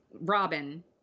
Robin